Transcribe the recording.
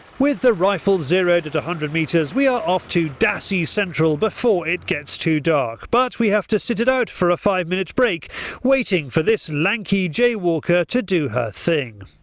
with the rifle zeroed at one hundred metres, we are off to dassie central before it gets too dark but we have to sit it out for ah five minute break waiting for this lanky jay walker to do her thing.